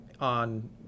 on